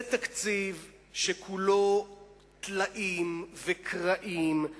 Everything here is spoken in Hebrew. זה תקציב שכולו טלאים וקרעים;